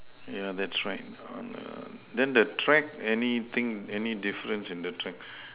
yeah that's right on err then the track anything any difference in the track